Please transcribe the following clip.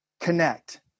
Connect